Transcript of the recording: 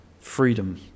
freedom